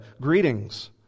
Greetings